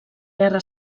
guerra